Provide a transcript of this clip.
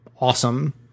awesome